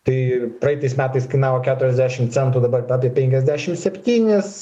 tai praeitais metais kainavo keturiasdešim centų dabar apie penkiasdešim septynis